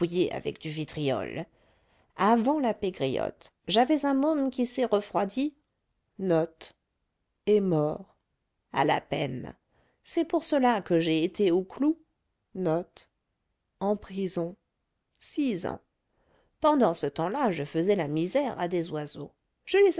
avec du vitriol avant la pégriotte j'avais un môme qui s'est refroidi à la peine c'est pour cela que j'ai été au clou six ans pendant ce temps-là je faisais la misère à des oiseaux je les